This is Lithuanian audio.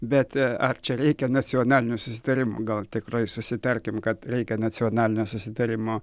bet ar čia reikia nacionalinio susitarimo gal tikrai susitarkim kad reikia nacionalinio susitarimo